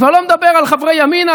אני כבר לא מדבר על חברי ימינה,